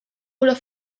oder